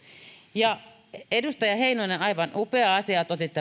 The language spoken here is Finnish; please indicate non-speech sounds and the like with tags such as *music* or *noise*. edustaja heinonen aivan upea asia että otitte *unintelligible*